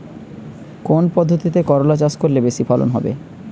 কোন পদ্ধতিতে করলা চাষ করলে বেশি ফলন হবে?